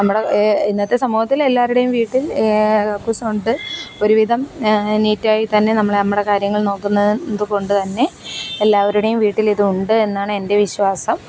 നമ്മുടെ ഇന്നത്തെ സമൂഹത്തിൽ എല്ലാവരുടെയും വീട്ടിൽ കക്കൂസുണ്ട് ഒരു വിധം നീറ്റായി തന്നെ നമ്മള് നമ്മുടെ കാര്യങ്ങൾ നോക്കുന്നതും ഇതുകൊണ്ടു തന്നെ എല്ലാവരുടെയും വീട്ടിലിതുണ്ട് എന്നാണ് എൻ്റെ വിശ്വാസം